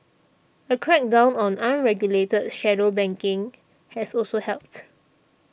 a crackdown on unregulated shadow banking has also helped